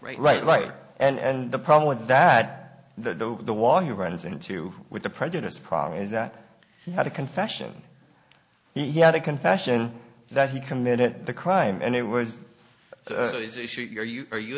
right right right and the problem with that though the wall you runs into with the prejudice probably is that he had a confession he had a confession that he committed the crime and it was so you